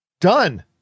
Done